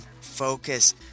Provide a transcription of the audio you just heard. Focus